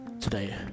today